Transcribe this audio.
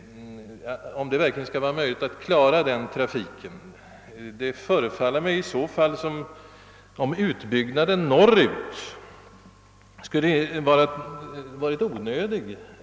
Det förefaller mig mot bakgrund av statsrådets svar som om utbyggnaden norrut varit onödig.